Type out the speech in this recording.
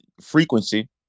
frequency